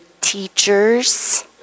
teachers